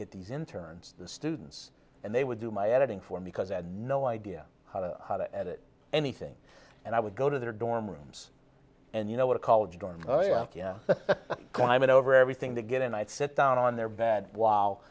get these interns the students and they would do my editing form because and no idea how to how to edit anything and i would go to their dorm rooms and you know what a college dorm climate over everything to get and i sit down on their bed w